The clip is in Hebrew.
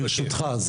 ברשותך,